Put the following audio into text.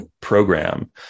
program